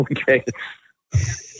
Okay